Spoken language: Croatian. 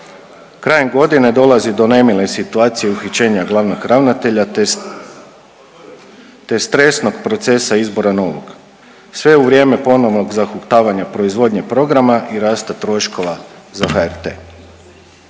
Krajem godine dolazi do nemile situacije uhićenja glavnog ravnatelja te, te stresnog procesa izbora novog sve u vrijeme ponovnog zahuktavanja proizvodnje programa i rasta troškova za HRT.